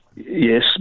Yes